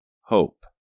HOPE